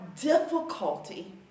difficulty